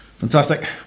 Fantastic